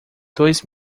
dois